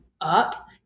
up